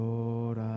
Lord